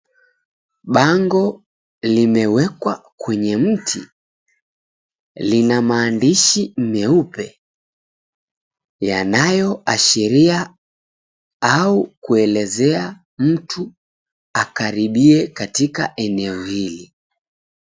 Bango limewekwa kwenye mti, lina maadishi meupe yanayo ashiria au kuelezea mtu akaribie katika eneo hili.